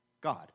God